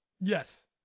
Yes